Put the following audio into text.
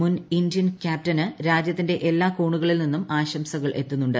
മുൻ ഇന്ത്യൻ ക്യാപ്റ്റന് രാജ്യത്തിന്റെ എല്ലാ കോണുകളിൽ നിന്നും ആശംസകൾ എത്തുന്നുണ്ട്